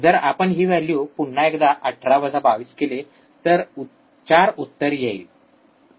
जर आपण ही व्हॅल्यू पुन्हा एकदा 18 वजा २२ केले तर ४ उत्तर येईल वजा ४ मायक्रो एंपियर उत्तर येणार नाही